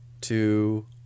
two